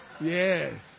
yes